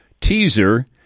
teaser